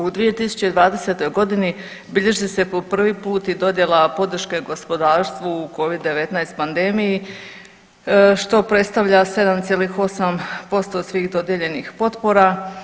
U 2020. godini bilježi se po prvi put i dodjela podrške gospodarstvu u COVID-19 pandemiji što predstavlja 7,8% svih dodijeljenih potpora.